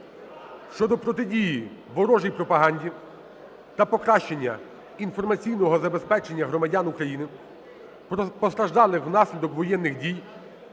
(щодо протидії ворожій пропаганді та покращення інформаційного забезпечення громадян України, постраждалих внаслідок воєнних дій,